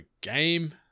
game